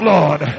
Lord